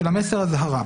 מסר אזהרה.